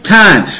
time